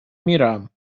میرم